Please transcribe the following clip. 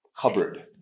cupboard